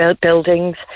buildings